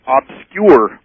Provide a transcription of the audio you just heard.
obscure